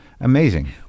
amazing